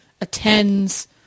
attends